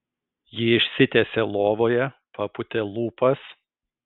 ji išsitiesė lovoje papūtė lūpas